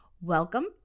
welcome